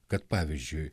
kad pavyzdžiui